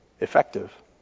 effective